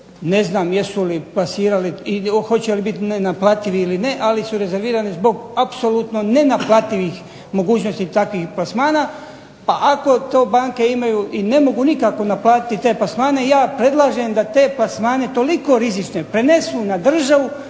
ne znam jesu li plasirali i hoće li biti naplativi ili ne, ali su rezervirani zbog apsolutno nenaplativih mogućnosti takvih plasmana. Pa ako to banke imaju i ne mogu nikako naplatiti te plasmane ja predlažem da te plasmane toliko rizično prenesu na državu